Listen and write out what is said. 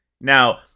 Now